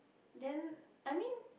then I mean